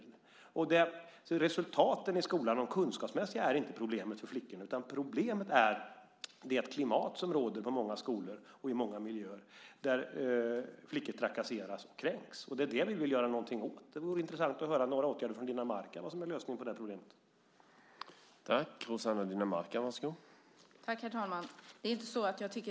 De kunskapsmässiga resultaten i skolan är inget problem för flickorna, utan problemet är det klimat som råder på många skolor och i många miljöer där flickor trakasseras och kränks. Det är det vi vill göra någonting åt. Det vore intressant att höra om några åtgärder för att lösa det problemet från Dinamarca.